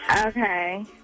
Okay